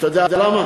אתה יודע למה?